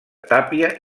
tàpia